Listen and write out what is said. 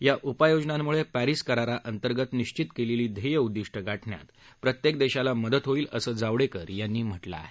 या उपाययोजनांमुळे पॅरिस कराराअंतर्गत निश्वित केलेली ध्येय उद्दिष्ट गाठण्यात प्रत्येक देशाला मदत होईल असं जावडेकर यांनी म्हटलं आहे